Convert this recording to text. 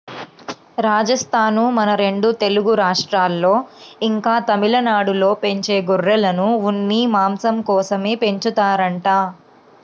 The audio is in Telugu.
రాజస్థానూ, మన రెండు తెలుగు రాష్ట్రాల్లో, ఇంకా తమిళనాడులో పెంచే గొర్రెలను ఉన్ని, మాంసం కోసమే పెంచుతారంట